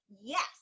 yes